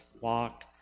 walk